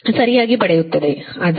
ಆದ್ದರಿಂದ ZC ZY